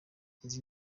izi